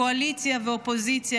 קואליציה ואופוזיציה.